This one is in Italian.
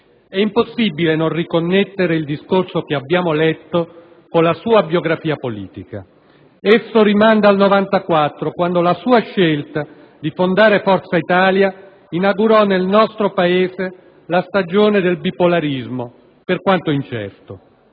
È impossibile non riconnettere il discorso che abbiamo letto con la sua biografia politica. Esso, infatti, rimanda al 1994, quando la sua scelta di fondare Forza Italia inaugurò nel nostro Paese la stagione del bipolarismo, per quanto incerto.